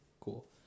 cool